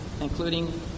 including